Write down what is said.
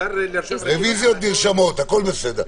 רוויזיות נרשמות, הכול בסדר.